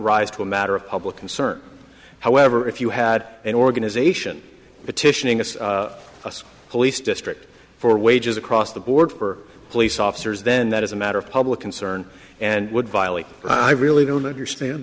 rise to a matter of public concern however if you had an organization petitioning a police district for wages across the board for police officers then that is a matter of public concern and would violate i really don't understand